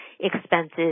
expenses